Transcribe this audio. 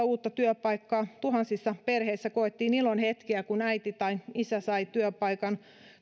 uutta työpaikkaa tuhansissa perheissä koettiin ilonhetkiä kun äiti tai isä sai työpaikan